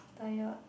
tired